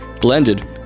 blended